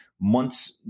months